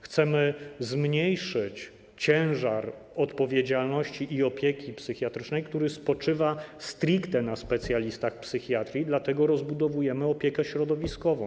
Chcemy zmniejszyć ciężar odpowiedzialności i opieki psychiatrycznej, który spoczywa stricte na specjalistach psychiatrii, dlatego rozbudowujemy opiekę środowiskową.